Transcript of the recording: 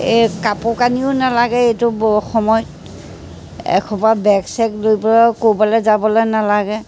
এই কাপোৰ কানিও নালাগে এইটো বৰ সময় এসোপা বেগ চেগ লৈ পেলাইও ক'ৰবালৈ যাবলৈ নালাগে